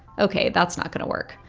ok. that's not going to work.